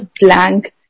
blank